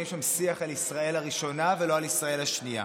שם שיח על ישראל הראשונה ולא על ישראל השנייה.